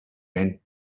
bend